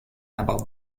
about